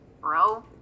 bro